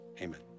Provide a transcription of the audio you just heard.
amen